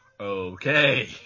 okay